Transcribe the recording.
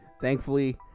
Thankfully